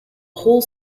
whole